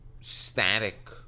static